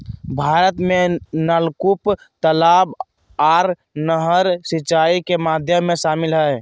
भारत में नलकूप, तलाब आर नहर सिंचाई के माध्यम में शामिल हय